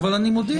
מוכן.